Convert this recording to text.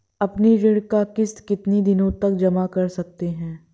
अपनी ऋण का किश्त कितनी दिनों तक जमा कर सकते हैं?